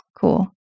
Cool